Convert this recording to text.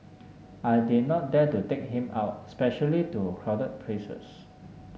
I did not dare to take him out especially to crowded places